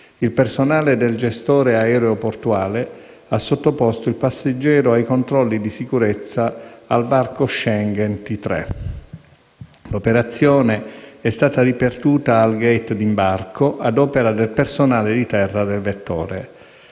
il personale del gestore aeroportuale ha sottoposto il passeggero ai controlli di sicurezza al varco Schengen T3. L'operazione è stata ripetuta al *gate* d'imbarco, ad opera del personale di terra del vettore.